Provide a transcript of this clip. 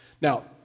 Now